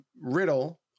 Riddle